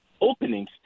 openings